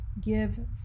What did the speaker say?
give